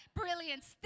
brilliance